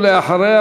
ולאחריה,